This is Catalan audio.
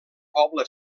poble